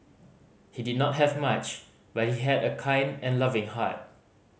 he did not have much but he had a kind and loving heart